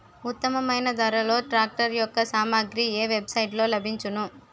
ఉత్తమమైన ధరలో ట్రాక్టర్ యెక్క సామాగ్రి ఏ వెబ్ సైట్ లో లభించును?